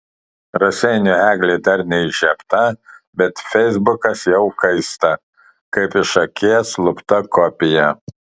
raseinių eglė dar neįžiebta bet feisbukas jau kaista kaip iš akies lupta kopija